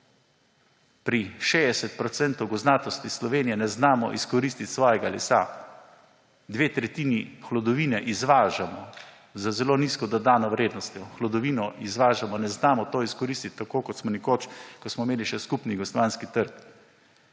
gozdnatosti Slovenije ne znamo izkoristiti svojega lesa, dve tretjini hlodovine izvažamo za zelo nizko dodano vrednostjo. Hlodovino izvažamo, ne znamo tega izkoristiti, tako kot smo nekoč, ko smo imeli še skupen jugoslovanski trg.